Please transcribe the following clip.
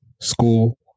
school